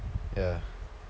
ya